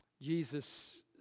Jesus